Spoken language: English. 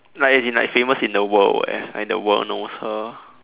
like as in like famous in the world eh like the world knows her